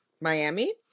Miami